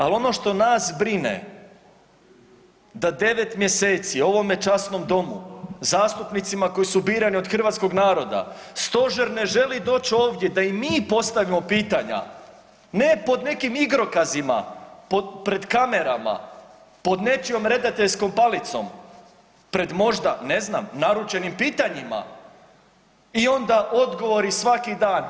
Ali ono što nas brine da 9 mjeseci ovome časnom Domu, zastupnicima koji su birani od hrvatskog naroda Stožer ne želi doći ovdje da im mi postavimo pitanja ne pod nekim igrokazima, pred kamerama, pod nečijom redateljskom palicom, pred možda ne znam naručenim pitanjima i onda odgovori svaki dan.